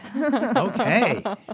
Okay